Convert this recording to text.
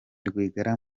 rwigara